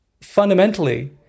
fundamentally